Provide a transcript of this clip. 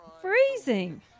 Freezing